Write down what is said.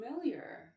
familiar